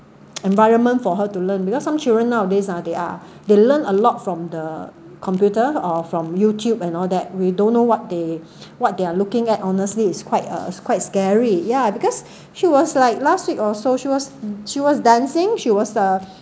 environment for her to learn because some children nowadays ah they are they learn a lot from the computer or from YouTube and all that we don't know what they what they are looking at honestly quite uh it's quite scary yeah because she was like last week or so she was she was dancing she was uh